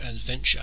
Adventure